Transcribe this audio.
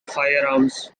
firearms